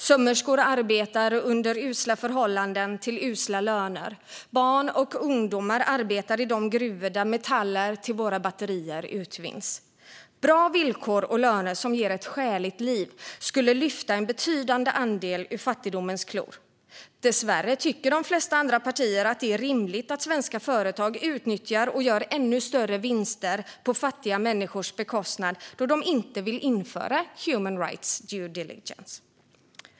Sömmerskor arbetar under usla förhållanden till usla löner. Barn och ungdomar arbetar i gruvor där metaller till våra batterier utvinns. Bra villkor och löner som ger ett skäligt liv skulle lyfta en betydande andel ur fattigdomens klor. Dessvärre tycker de flesta andra partier att det är rimligt att svenska företag utnyttjar fattiga människor och gör ännu större vinster på deras bekostnad, då de inte vill införa human rights due diligence.